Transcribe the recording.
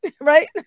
right